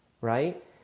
right